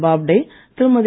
Bobde Thirumathi